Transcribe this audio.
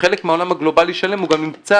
ובחלק מהעולם הגלובלי שלם הוא גם נמצא